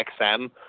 XM